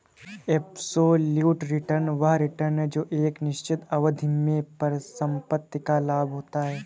absolute return वह return है जो एक निश्चित अवधि में परिसंपत्ति का लाभ होता है